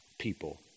people